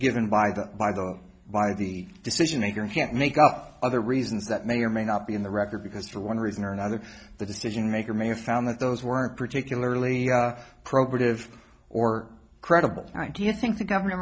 given by the by the by the decision maker if you can't make up other reasons that may or may not be in the record because for one reason or another the decision maker may have found that those weren't particularly procreative or credible why do you think the government